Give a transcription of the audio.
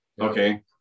okay